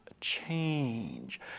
change